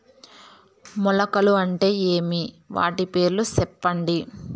మొలకలు అంటే ఏమి? వాటి పేర్లు సెప్పండి?